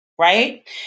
Right